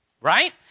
right